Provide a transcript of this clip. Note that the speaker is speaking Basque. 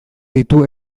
ditu